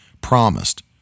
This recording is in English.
promised